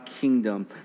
kingdom